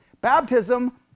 baptism